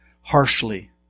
harshly